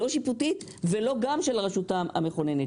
לא שיפוטית ולא גם של הרשות המכוננת.